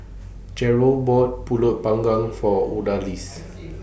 Jerrold bought Pulut Panggang For Odalis